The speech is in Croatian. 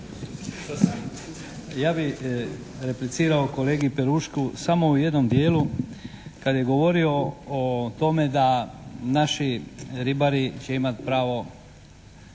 Ja bih replicirao kolegi Perušku samo u jednom dijelu kad je govorio o tome da naši ribari će imati pravo